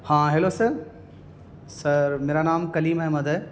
ہاں hello sir sir میرا نام کلیم احمد ہے